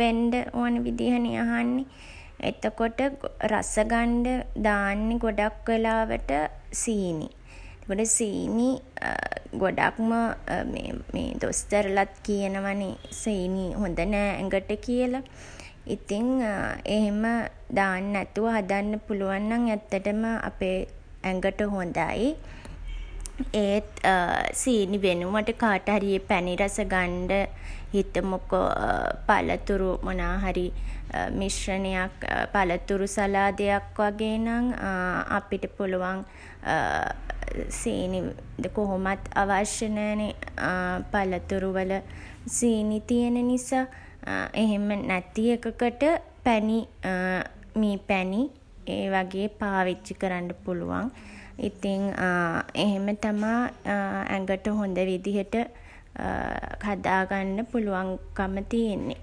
වෙන්ඩ ඕන විදිහ නේ අහන්නේ. එතකොට රස ගන්ඩ දාන්නේ ගොඩක් වෙලාවට සීනි. එතකොට සීනි ගොඩක්ම මේ දොස්තරලත් කියනවා නේ සීනි හොඳ නෑ ඇඟට කියලා. ඉතින් එහෙම දාන් නැතුව හදන්න පුළුවන් නම් ඇත්තටම අපේ ඇඟට හොඳයි. ඒත් සීනි වෙනුවට කාට හරි ඒ පැණි රස ගන්ඩ හිතමුකෝ පළතුරු මොනාහරි මිශ්‍රණයක් පළතුරු සලාදයක් වගේ නම් අපිට පුළුවන් සීනි කොහොමත් අවශ්‍ය නෑ නේ පළතුරුවල සීනි තියන නිසා. එහෙම නැති එකකට පැණි මී පැණි ඒ වගේ පාවිච්චි කරන්ඩ පුළුවන්. ඉතින් එහෙම තමා ඇඟට හොඳ විදිහට හදාගන්ඩ පුළුවන්කම තියෙන්නේ.